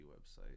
website